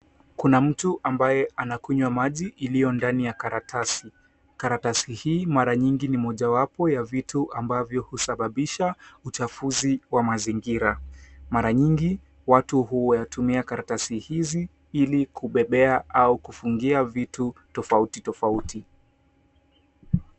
Kuna mtu ambaye anakunywa maji iliyo ndani ya karatasi. Karatasi hii mara nyingi ni mojawapo ya vitu ambavyo husababisha uchafuzi wa mazingira. Mara nyingi watu huyatumia karatasi hizi ili kubebea au kufungia vitu tofautitofauti.